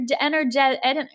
energetic